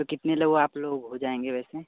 तो कितने लोग आप लोग हो जाएंगे वैसे